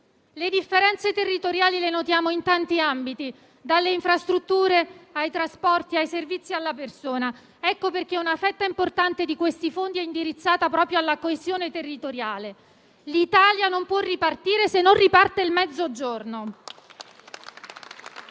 differenze territoriali in tanti ambiti, dalle infrastrutture, ai trasporti, ai servizi alla persona; ecco perché una fetta importante dei fondi è indirizzata proprio alla coesione territoriale. L'Italia non può ripartire se non riparte il Mezzogiorno.